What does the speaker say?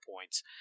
points